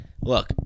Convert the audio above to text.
look